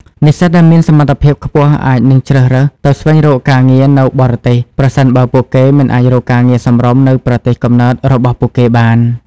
និស្សិតដែលមានសមត្ថភាពខ្ពស់អាចនឹងជ្រើសរើសទៅស្វែងរកការងារនៅបរទេស ប្រសិនបើពួកគេមិនអាចរកការងារសមរម្យនៅប្រទេសកំណើតរបស់ពួកគេបាន។